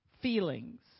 feelings